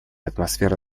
атмосфера